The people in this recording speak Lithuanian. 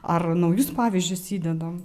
ar naujus pavyzdžius įdedam